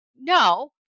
no